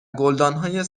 گلدانهای